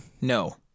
no